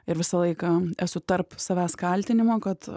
ir visą laiką esu tarp savęs kaltinimo kad